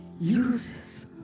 uses